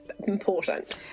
important